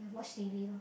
watch T_V lor